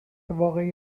واقعی